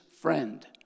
friend